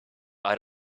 out